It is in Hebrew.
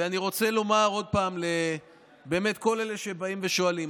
ואני באמת רוצה לומר עוד פעם לכל אלה שבאים ושואלים,